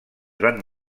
van